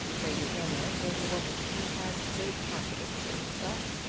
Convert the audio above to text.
lady aylmer was a woman who had great confidence in herself.